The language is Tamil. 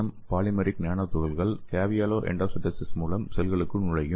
எம் பாலிமெரிக் நானோ துகள்கள் கேவியோலா எண்டோசைட்டோசிஸ் மூலம் செல்களுக்குள் நுழையும்